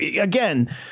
again